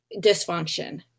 dysfunction